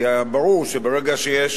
כי ברור שברגע שיש